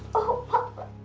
oh papa,